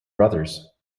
brothers